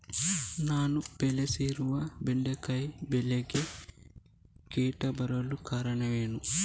ನಾನು ಬೆಳೆಸಿರುವ ಬೆಂಡೆಕಾಯಿ ಬೆಳೆಗೆ ಕೀಟ ಬರಲು ಕಾರಣವೇನು?